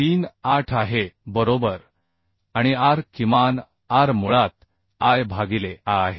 38 आहे बरोबर आणि R किमान R मुळात I भागिले A आहे